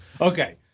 Okay